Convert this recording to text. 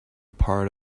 part